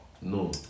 No